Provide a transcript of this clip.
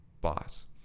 boss